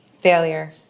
Failure